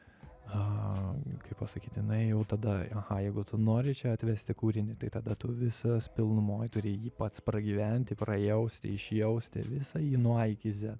a kaip pasakyt jinai jau tada aha jeigu tu nori čia atvesti kūrinį tai tada tu visas pilnumoj turi jį pats pragyventi pajausti išjausti visą jį nuo a iki z